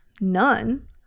none